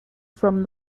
from